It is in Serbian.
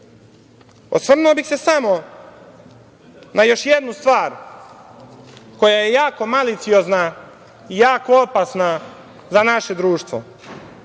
lice. Osvrnuo bih se samo na još jednu stvar koja je jako maliciozna i jako opasna za naše društvo.